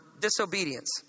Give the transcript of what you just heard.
disobedience